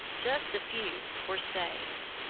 just a few were saved.